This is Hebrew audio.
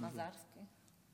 מָזַרסקי.